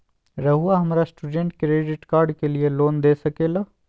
रहुआ हमरा student credit card के लिए लोन दे सके ला?